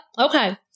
Okay